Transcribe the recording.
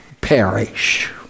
perish